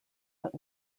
but